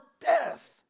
death